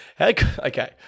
Okay